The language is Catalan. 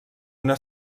una